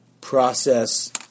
Process